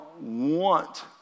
want